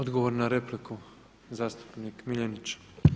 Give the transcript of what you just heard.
Odgovor na repliku zastupnik Miljenić.